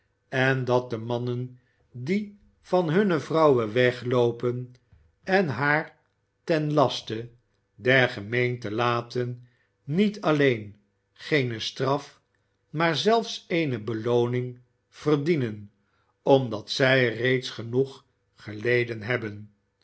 en dat de mannen die van hunne vrouwen wegloopen en haar ten laste der gemeente laten niet alleen geene straf maar zelfs eene belooning verdienen omdst zij reeds genoeg geleden hebben